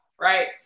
right